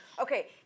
Okay